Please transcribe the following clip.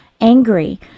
angry